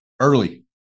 early